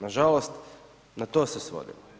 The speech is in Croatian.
Nažalost, na to se svodi.